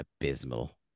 abysmal